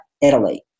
Italy